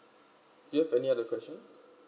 yup any other questions